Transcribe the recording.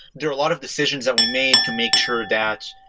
there are a lot of decisions that we made to make sure that,